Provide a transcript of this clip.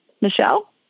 Michelle